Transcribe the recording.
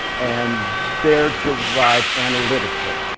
and they're derived analytically,